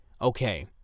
okay